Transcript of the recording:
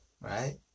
right